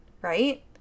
right